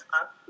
up